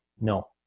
No